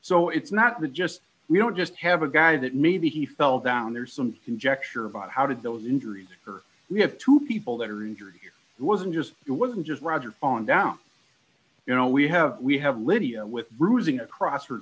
so it's not the just we don't just have a guy that maybe he fell down there's some conjecture about how did those injuries occur we have two people that are injured it wasn't just it wasn't just roger falling down you know we have we have lydia with bruising across her